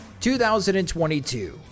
2022